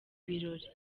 birori